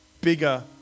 bigger